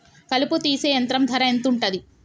కలుపు తీసే యంత్రం ధర ఎంతుటది?